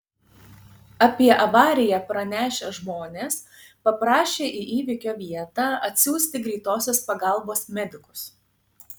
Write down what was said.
apie avariją pranešę žmonės paprašė į įvykio vietą atsiųsti greitosios pagalbos medikus